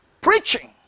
preaching